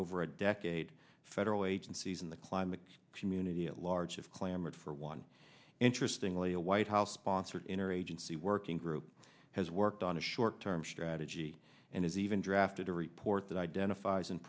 over a decade federal agencies and the climate community at large have clamored for one interesting lee a white house sponsored inner agency working group has worked on a short term strategy and is even drafted a report that identifies and